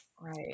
Right